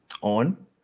on